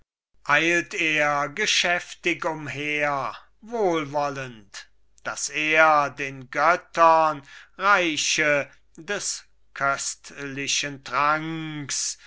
eilt er geschäftig umher wohlwollend daß der den göttern reiche des köstlichen tranks